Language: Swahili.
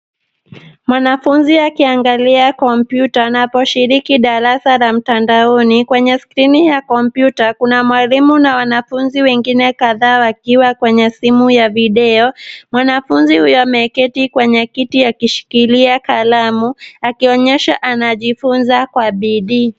Mwanafunzi akiangalia kompyuta na kushiriki darasa la mtandaoni. Kwenye skrini ya kompyuta kuna mwalimu na wanafunzi wengine kadhaa, wakiwa kwenye simu ya video. Mwanafunzi huyo ameketi kwenye kiti akishikilia kalamu, akionyesha anajifunza kwa bidii.